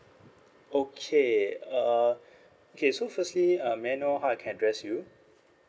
okay uh okay so firstly uh may I know how I can address you